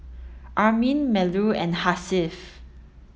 Amrin Melur and Hasif